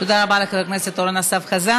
תודה רבה לחבר הכנסת אורן אסף חזן.